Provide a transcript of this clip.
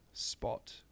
Spot